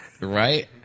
Right